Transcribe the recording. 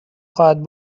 خواهد